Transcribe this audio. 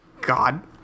God